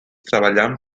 treballant